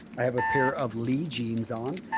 i have a pair of lee jeans on.